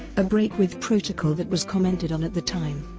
a break with protocol that was commented on at the time.